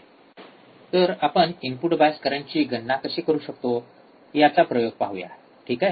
तर आपण input bias करंटची गणना कशी करू शकतो याचा प्रयोग पाहू ठीक आहे